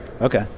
Okay